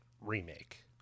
remake